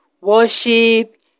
worship